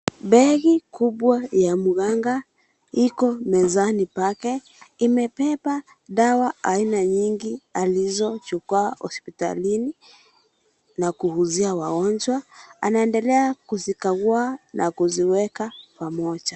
Begi kubwa ya mganga iko mezani pake, imebeba dawa aina nyingi alizochukua hopitalini na kuuzia wagonjwa, anaendelea kuzikagua na kuziweka pamoja.